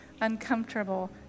uncomfortable